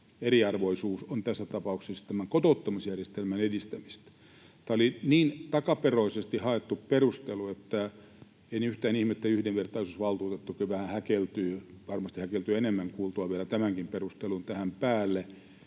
eriarvoisuus on tässä tapauksessa tämän kotouttamisjärjestelmän edistämistä. Tämä oli niin takaperoisesti haettu perustelu, että en yhtään ihmettele, että yhdenvertaisuusvaltuutettukin vähän häkeltyy, ja varmasti häkeltyy vielä enemmän kuultuaan tämänkin perustelun tähän päälle.